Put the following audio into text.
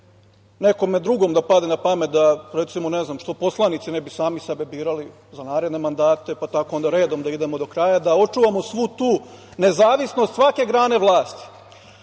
nekom drugom da padne na pamet, recimo, ne znam, što poslanici ne bi sami sebe birali za naredne mandate, pa tako onda redom da idemo do kraja, da očuvamo svu tu nezavisnost svake grane vlasti. Suština